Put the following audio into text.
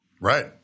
Right